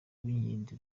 uwinkindi